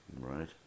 right